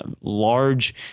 large